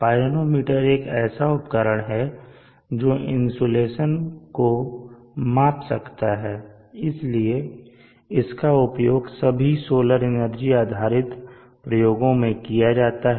pyranometer एक ऐसा उपकरण है जो इंसुलेशन को माप सकता है इसलिए इसका उपयोग सभी सोलर एनर्जी आधारित प्रयोगों में किया जाता है